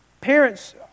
parents